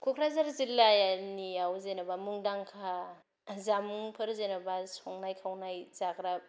कक्राझार जिल्लायानियाव जेनेबा मुंदांखा जामुंफोर जेनेबा संनाय खावनाय जाग्रा